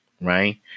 right